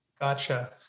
Gotcha